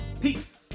Peace